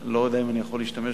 אני לא יודע אם אני יכול להשתמש